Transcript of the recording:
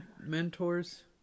mentors